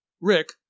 Rick